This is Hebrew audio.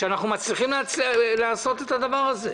לראות שאנחנו מצליחים לעשות את הדבר הזה.